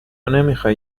نمیخوای